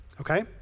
Okay